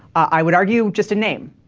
i would argue just a name